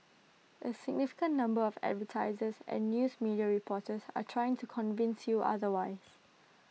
A significant number of advertisers and news media reports are trying to convince you otherwise